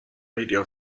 radio